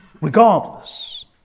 regardless